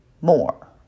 more